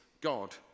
God